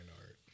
art